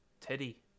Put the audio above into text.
Teddy